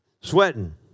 sweating